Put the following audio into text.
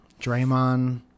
Draymond